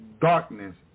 darkness